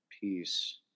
peace